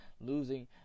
losing